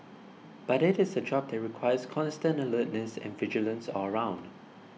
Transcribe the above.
but it is a job that requires constant alertness and vigilance all round